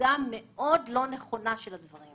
הצגה מאוד לא נכונה של הדברים.